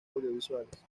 audiovisuales